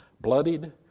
bloodied